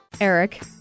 Eric